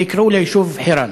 ויקראו ליישוב חירן.